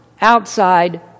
outside